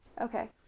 Okay